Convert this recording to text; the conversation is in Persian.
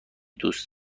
دوست